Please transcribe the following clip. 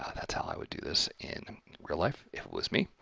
ah that's how i would do this in real life if it was me.